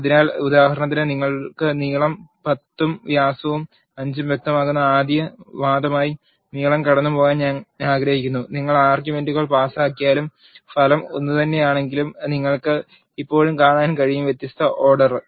അതിനാൽ ഉദാഹരണത്തിന് നിങ്ങൾക്ക് നീളം 10 ഉം വ്യാസവും 5 വ്യക്തമാക്കുന്ന ആദ്യ വാദമായി നീളം കടന്നുപോകാൻ ഞാൻ ആഗ്രഹിക്കുന്നു നിങ്ങൾ ആർഗ്യുമെന്റുകൾ പാസാക്കിയാലും ഫലം ഒന്നുതന്നെയാണെങ്കിലും നിങ്ങൾക്ക് ഇപ്പോഴും കാണാൻ കഴിയും വ്യത്യസ്ത ഓർഡർ